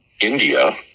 India